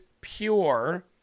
pure